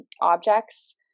objects